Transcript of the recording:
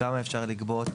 כמה אפשר לגבות.